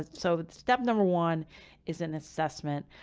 so step number one is an assessment.